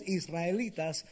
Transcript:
israelitas